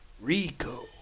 Rico